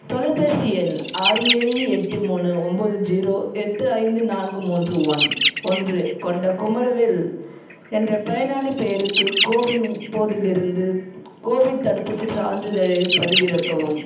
தொலைபேசி எண் ஆறு ஏழு எட்டு மூணு ஒம்போது ஜீரோ எட்டு ஐந்து நான்கு மூன்று ஒன்று கொண்ட குமரவேல் என்ற பயனாளிப் பெயருக்கு கோவின் போர்ட்டலிருந்து கோவிட் தடுப்பூசிச் சான்றிதழைப் பதிவிறக்கவும்